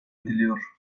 ediliyor